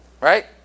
right